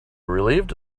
relieved